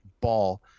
ball